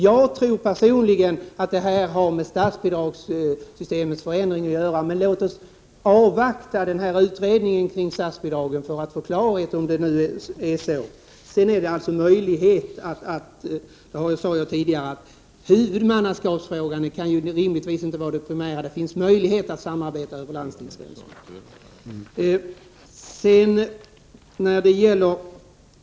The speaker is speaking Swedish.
Jag tror personligen att detta har med statsbidragssystemets förändring att göra, men låt oss avvakta utredningen kring statsbidragen för att få klarhet i om det är så. Huvudmannaskapsfrågan kan inte rimligen vara det primära — jag sade det tidigare; det finns möjlighet att samarbeta över landstingsgränserna.